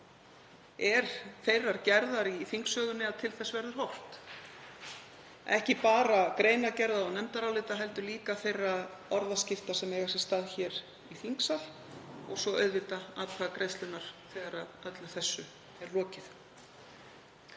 er þeirrar gerðar í þingsögunni að til þess verður horft, ekki bara til greinargerða og nefndarálita heldur líka þeirra orðaskipta sem eiga sér stað hér í þingsal og svo auðvitað atkvæðagreiðslunnar þegar öllu þessu er lokið.